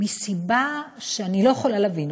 מסיבה שאני לא יכולה להבין,